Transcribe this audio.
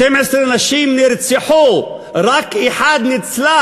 12 נשים נרצחו, רק אחת ניצלה,